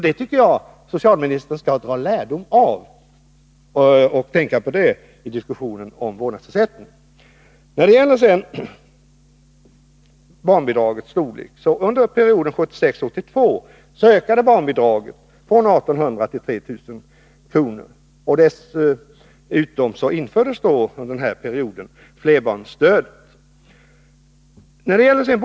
Det tycker jag socialministern skall dra lärdom av och tänka på i diskussionen om vårdnadsersättning. När det gäller barnbidragets storlek vill jag framhålla att under perioden 1976-1982 ökade barnbidraget från 1 800 till 3 000 kr. Dessutom infördes under denna period flerbarnsstödet.